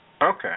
Okay